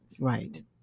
Right